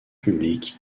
public